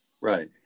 Right